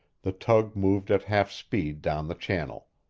the tug moved at half-speed down the channel.